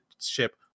ship